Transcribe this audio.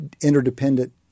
interdependent